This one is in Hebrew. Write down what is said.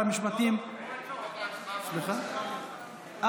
המשפטים, לא, תשובה והצבעה במועד אחר.